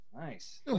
Nice